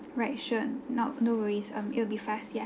right sure nope no worries um it'll be fast yay